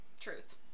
truth